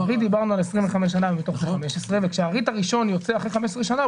ב-ריט דיברנו על 25 שנים וכשה-ריט הראשון יוצא אחרי 15 שנים,